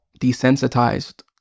desensitized